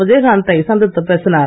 விஜயகாந்த் தை சந்தித்துப் பேசினார்